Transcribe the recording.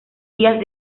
días